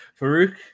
Farouk